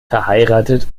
verheiratet